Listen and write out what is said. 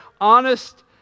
honest